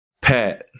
Pat